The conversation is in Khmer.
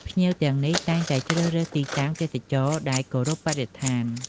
ភ្ញៀវទាំងនេះតែងតែជ្រើសរើសទីតាំងទេសចរណ៍ដែលគោរពបរិស្ថាន។